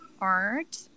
art